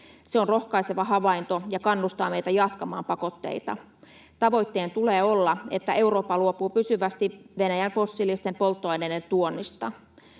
Se on rohkaiseva havainto ja kannustaa meitä jatkamaan pakotteita. Tavoitteen tulee olla, että Eurooppa luopuu pysyvästi Venäjän fossiilisten polttoaineiden tuonnista.